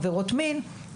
עבירות מין,